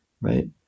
right